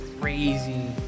crazy